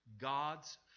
God's